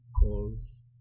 calls